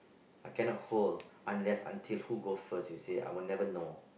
I cannot hold unless until who go first you see I will never know